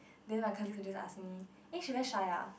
then my colleagues would just ask me eh she very shy ah